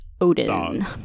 odin